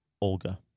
Olga